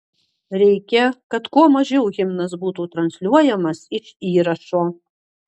reikia kad kuo mažiau himnas būtų transliuojamas iš įrašo